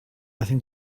nothing